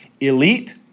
Elite